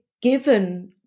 given